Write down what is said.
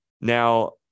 Now